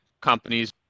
companies